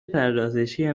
پردازشی